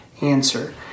answer